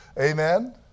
Amen